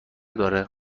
داره